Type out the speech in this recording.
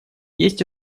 есть